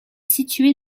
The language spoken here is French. située